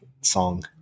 song